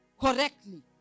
correctly